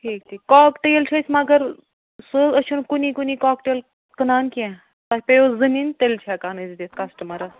ٹھیٖک ٹھیٖک cocktail چھِ أسۍ مگر سُہ حظ أسۍ چھِنہٕ کُنی کُنی کواک ٹیل کٕنان کیٚنٛہہ تۄہہِ پیٚوٕ زٕ نِنۍ تیٚلہِ چھِ ہیٚکان أسۍ دِتھ کَسٹَمَرَس